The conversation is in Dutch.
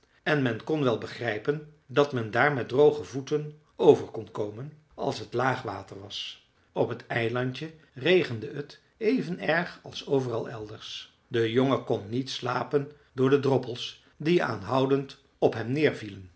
en men kon wel begrijpen dat men daar met droge voeten over kon komen als het laag water was op het eilandje regende het even erg als overal elders de jongen kon niet slapen door de droppels die aanhoudend op hem